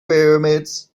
pyramids